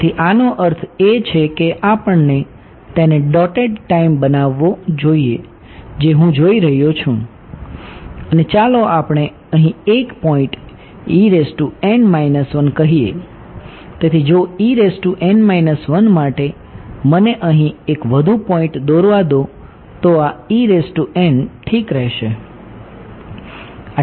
તેથી જો માટે મને અહીં એક વધુ પોઈન્ટ દોરવા દો તો આ ઠીક રહેશે